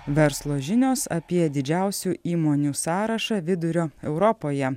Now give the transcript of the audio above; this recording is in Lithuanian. verslo žinios apie didžiausių įmonių sąrašą vidurio europoje